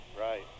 right